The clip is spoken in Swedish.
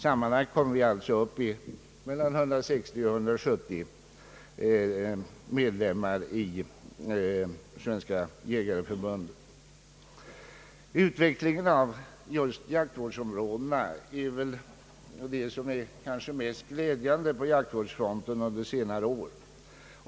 Sammanlagt blir det alltså 160 000—170 000 medlemmar i Svenska jägareförbundet. Utvecklingen av jaktvårdsområdena är kanske det mest glädjande som skett på jaktvårdsfronten under senare år.